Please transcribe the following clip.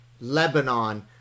Lebanon